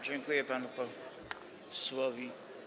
Dziękuję panu posłowi.